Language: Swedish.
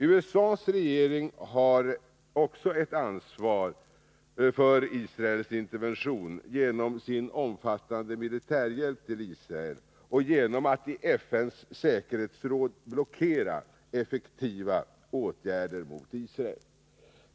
USA:s regering har ett ansvar för Israels intervention genom sin omfattande militärhjälp till Israel och genom att i FN:s säkerhetsråd blockera effektiva sanktionsåtgärder mot Israel.